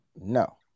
No